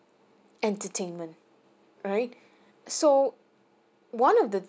entertainment alright so one of the